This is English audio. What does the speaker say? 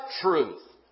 truth